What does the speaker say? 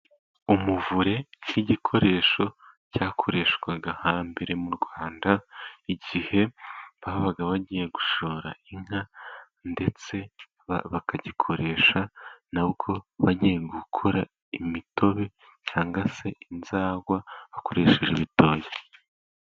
Umuvure ni igikoresho cyakoreshwaga hambere mu Rwanda, igihe babaga bagiye gushora inka, ndetse bakagikoresha nabwo bagiye gukora imitobe cyangwa se inzagwa akoresheje ibitoki.